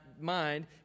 mind